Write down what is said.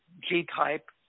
G-type